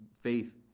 Faith